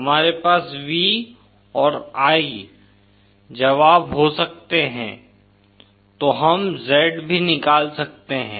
हमारे पास V और I जवाब हो सकते हैं तो हम Z भी निकाल सकते हैं